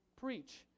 Preach